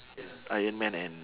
iron man and